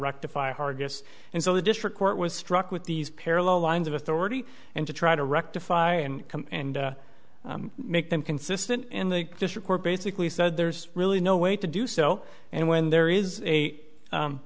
rectify hargus and so the district court was struck with these parallel lines of authority and to try to rectify and come and make them consistent and they just report basically said there's really no way to do so and when there is a